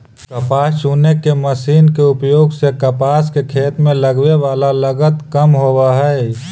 कपास चुने के मशीन के उपयोग से कपास के खेत में लगवे वाला लगत कम होवऽ हई